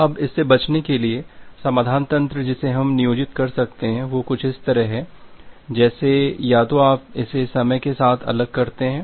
अब इससे बचने के लिए समाधान तंत्र जिसे हम नियोजित कर सकते हैं वह कुछ इस तरह है जैसे या तो आप इसे समय के साथ अलग करते हैं